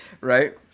right